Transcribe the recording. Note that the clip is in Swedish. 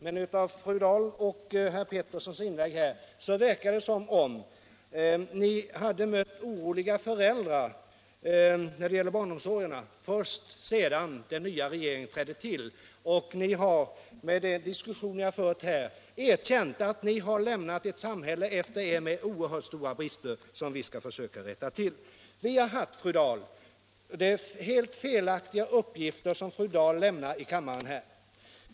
Men av fru Dahls och herr Petersons inlägg verkar det som om ni mött föräldrar som varit oroliga för barnomsorgen först sedan den nya regeringen trädde till. Ni har med den diskussion ni här fört erkänt att ni lämnat efter er ett samhälle med oerhört stora brister, som vi skall försöka rätta till. grammet för barnomsorgen Det är helt felaktiga uppgifter som fru Dahl lämnar här i kammaren.